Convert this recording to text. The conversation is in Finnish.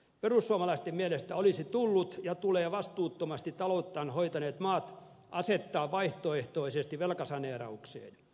perussuomalaisten mielestä olisi tullut ja tulee vastuuttomasti talouttaan hoitaneet maat asettaa vaihtoehtoisesti velkasaneeraukseen